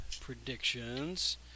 predictions